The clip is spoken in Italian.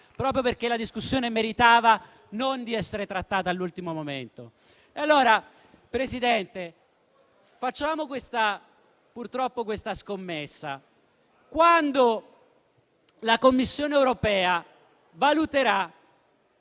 proprio perché la discussione meritava di non essere trattata all'ultimo momento. Signor Presidente, facciamo, purtroppo, la seguente scommessa. Quando la Commissione europea valuterà